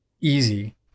easy